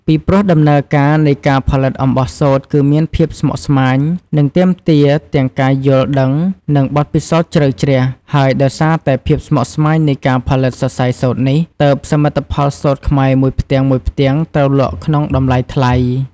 ពីព្រោះដំណើរការនៃការផលិតអំបោះសូត្រគឺមានភាពស្មុគស្មាញ និងទាមទារទាំងការយល់ ដឹង និងបទពិសោធន៍ជ្រៅជ្រះ ហើយដោយសារតែភាពស្មុគស្មាញនៃការផលិតសសៃសូត្រនេះ ទើបសមិទ្ធផលសូត្រខ្មែរមួយផ្ទាំងៗត្រូវលក់ក្នុងតម្លៃថ្លៃ។